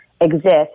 exist